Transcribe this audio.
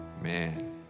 Man